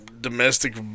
domestic